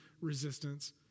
resistance